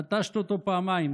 נטשת אותו פעמיים,